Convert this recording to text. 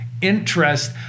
interest